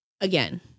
again